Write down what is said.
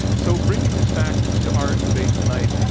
so, bringing this back to our debate tonight,